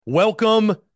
Welcome